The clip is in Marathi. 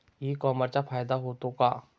ई कॉमर्सचा फायदा होतो का?